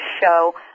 show